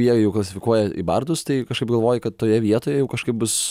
jie jau klasifikuoja į bardus tai kažkaip galvoji kad toje vietoje jau kažkaip bus